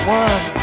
one